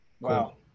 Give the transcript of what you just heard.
wow